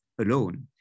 alone